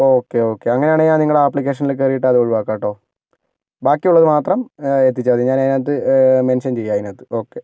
okay okay അങ്ങനെയാണെങ്കിൽ ഞാൻ നിങ്ങളെ ആപ്ലിക്കേഷനിൽ കേറീട്ട് അതൊഴിവാക്കാം കേട്ടോ ബാക്കിയുള്ളത് മാത്രം എത്തിച്ചാൽ മതി ഞാനതിനകത്ത് മെൻഷൻ ചെയ്യാം അതിനകത്ത് ഓക്കെ